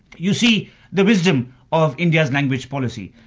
you see the wisdom of india's language policy.